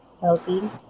healthy